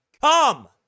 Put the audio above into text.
come